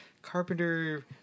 Carpenter